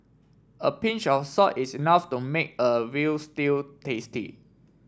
a pinch of salt is enough to make a veal stew tasty